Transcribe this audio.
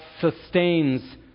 sustains